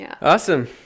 Awesome